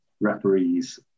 referees